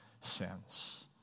sins